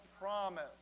promise